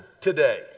today